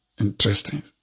interesting